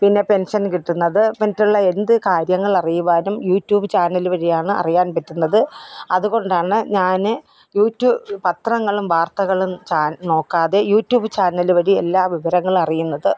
പിന്നെ പെൻഷൻ കിട്ടുന്നത് മറ്റുള്ള എന്തു കാര്യങ്ങൾ അറിയുവാനും യൂട്യൂബ് ചാനല് വഴിയാണ് അറിയാൻ പറ്റുന്നത് അതുകൊണ്ടാണ് ഞാൻ യൂട്യൂബ് പത്രങ്ങളും വാർത്തകളും നോക്കാതെ യൂട്യൂബ് ചാനല് വഴി എല്ലാ വിവരങ്ങളും അറിയുന്നത്